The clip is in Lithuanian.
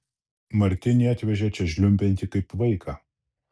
martinį atvežė čia žliumbiantį kaip vaiką